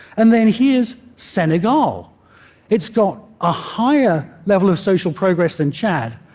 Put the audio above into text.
and then here's senegal it's got a higher level of social progress than chad,